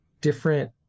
different